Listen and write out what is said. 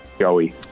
Joey